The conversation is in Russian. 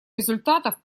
результатов